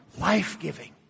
life-giving